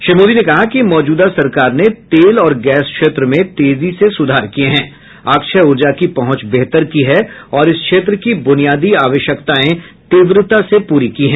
श्री मोदी ने कहा कि मौजूदा सरकार ने तेल और गैस क्षेत्र में तेजी से सुधार किए हैं अक्षय ऊर्जा की पहुंच बेहतर की है और इस क्षेत्र की बुनियादी आवश्यकताएं तीव्रता से पूरी की है